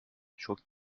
çok